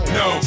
no